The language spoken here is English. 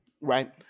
Right